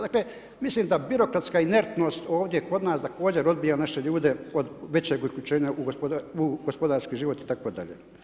Dakle, mislim da birokratska inertnost, ovdje kod nas također odbija naše ljude od većeg uključenja u gospodarski život itd.